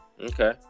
okay